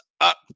up